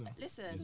listen